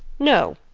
no.